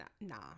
nah